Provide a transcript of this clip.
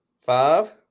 Five